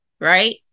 right